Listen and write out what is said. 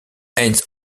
heinz